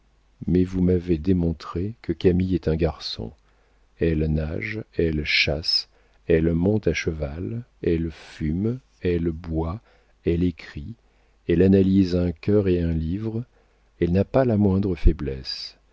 mais vous m'avez démontré que camille est un garçon elle nage elle chasse elle monte à cheval elle fume elle boit elle écrit elle analyse un cœur et un livre elle n'a pas la moindre faiblesse